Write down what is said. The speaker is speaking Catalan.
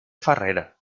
farrera